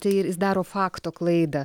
tai jis daro fakto klaidą